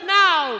now